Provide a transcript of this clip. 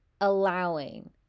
allowing